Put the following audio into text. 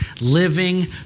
living